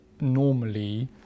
normally